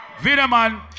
Vidaman